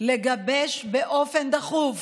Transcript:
לגבש באופן דחוף